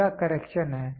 अगला करेक्शन है